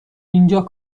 اینجا